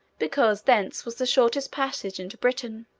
because thence was the shortest passage into britain